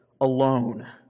alone